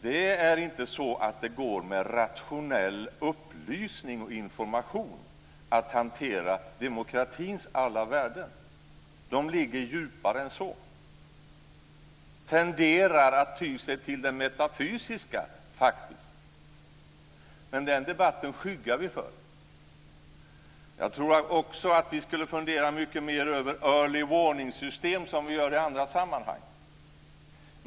Det går inte att med rationell upplysning och information hantera demokratins alla värden; de ligger djupare än så och tenderar faktiskt att ty sig till det metafysiska. Den debatten skyggar vi dock för. Jag tror också att vi, som vi gör i andra sammanhang, borde fundera mycket mer över detta med early warning-system.